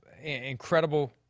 incredible